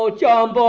so job but